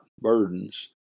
burdens